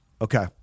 Okay